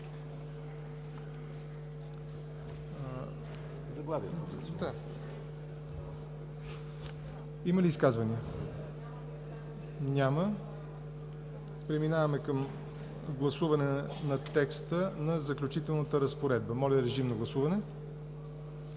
Има ли изказвания? Няма. Преминаваме към гласуване на текста на „Заключителна разпоредба“. Гласували